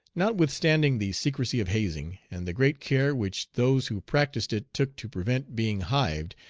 notwithstanding the secrecy of hazing, and the great care which those who practised it took to prevent being hived,